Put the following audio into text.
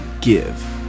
give